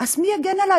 מי יגן עלי,